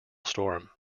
storm